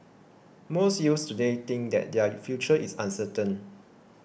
most youths today think that their future is uncertain